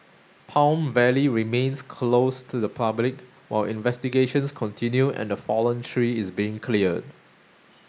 Palm Valley remains closed to the public while investigations continue and the fallen tree is being cleared